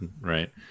right